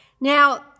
Now